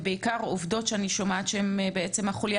ובעיקר עובדות שאני שומעת שהן החוליה